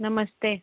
नमस्ते